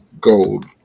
Gold